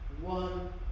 one